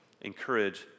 encourage